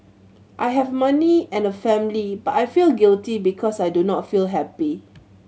I have money and a family but I feel guilty because I do not feel happy